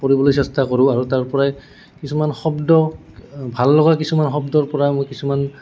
পঢ়িবলৈ চেষ্টা কৰোঁ আৰু তাৰপৰাই কিছুমান শব্দ ভাল লগা কিছুমান শব্দৰ পৰা মই কিছুমান